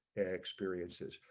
experiences,